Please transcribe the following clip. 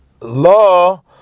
Law